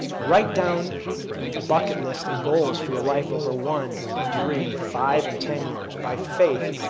write down a bucket list and goals for your life over one, three, five and ten years by faith,